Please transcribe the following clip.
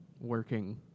working